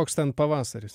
koks ten pavasaris